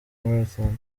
marathon